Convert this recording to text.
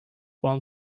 one